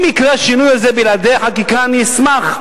אם יקרה השינוי הזה בלעדי החקיקה, אני אשמח.